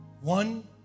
One